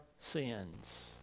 sins